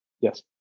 yes